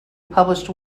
published